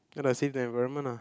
ya lah save the environment ah